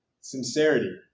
Sincerity